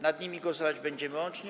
Nad nimi głosować będziemy łącznie.